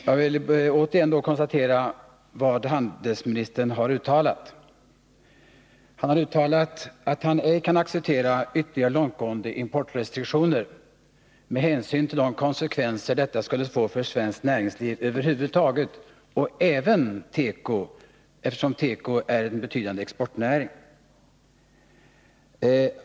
Herr talman! Jag vill återigen konstatera vad handelsministern har uttalat. Han har uttalat att han inte kan acceptera ytterligare långtgående importrestriktioner med hänsyn till de konsekvenser detta skulle få för svenskt näringsliv över huvud taget och även för teko, eftersom det är en betydande exportnäring.